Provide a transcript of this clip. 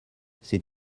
c’est